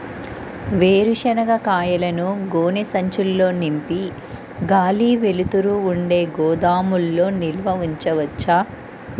వేరుశనగ కాయలను గోనె సంచుల్లో నింపి గాలి, వెలుతురు ఉండే గోదాముల్లో నిల్వ ఉంచవచ్చా?